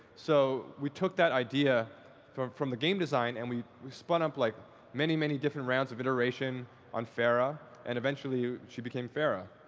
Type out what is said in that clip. so we took that idea from from the game design, and we we spun up like many, many different rounds of iteration on pharah, and eventually she became pharah.